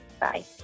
Bye